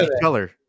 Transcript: color